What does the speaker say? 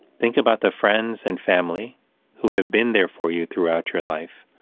think about the friends and family who have been there for you throughout your life,